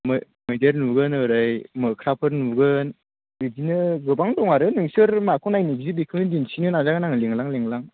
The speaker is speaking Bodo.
मै मैदेर नुगोन ओरै मोख्राफोर नुगोन बिदिनो गोबां दं आरो नोंसोर माखौ नायनो बियो बेखौनो दिन्थिनो नाजागोन आङो लेंलां लेंलां